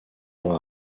ans